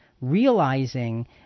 realizing